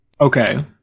Okay